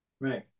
Right